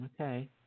Okay